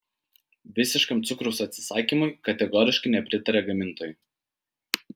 visiškam cukraus atsisakymui kategoriškai nepritaria gamintojai